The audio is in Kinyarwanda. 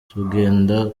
tugenda